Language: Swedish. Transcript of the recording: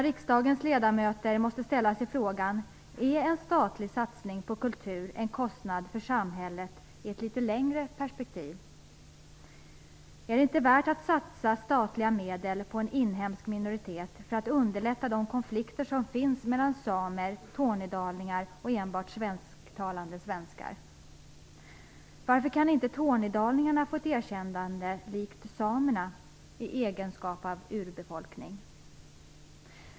Riksdagens ledamöter måste ställa sig dessa frågor: Är en statlig satsning på kultur en kostnad för samhället i ett litet längre perspektiv? Är det inte värt att satsa statliga medel på en inhemsk minoritet för att underlätta de konflikter som finns mellan samer, tornedalingar och enbart svensktalande svenskar? Varför kan inte tornedalingarna likt samerna få ett erkännande i egenskap av urbefolkning?